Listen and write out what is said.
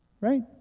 Right